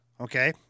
okay